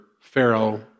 Pharaoh